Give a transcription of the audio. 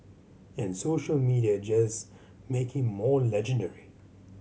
and social media just make him more legendary